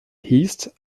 east